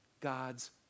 God's